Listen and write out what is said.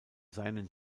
seinen